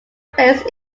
placed